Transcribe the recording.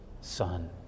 son